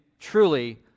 truly